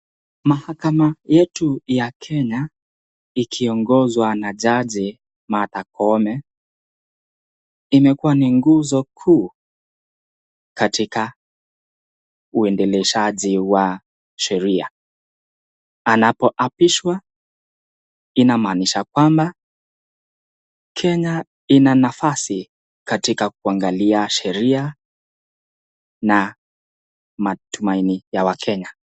Mahakama yetu ya kenya ikiongozwa na jaji Martha koome imekuwa ni nguzo kuu katika uendelezaji wa sheria. Anapoapishwa inamaanisha kwamba Kenya ina nafasi katika kuangalia sheria na matumaini ya wakenya.